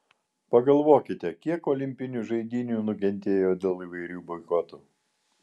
pagalvokite kiek olimpinių žaidynių nukentėjo dėl įvairių boikotų